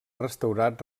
restaurat